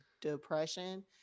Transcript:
depression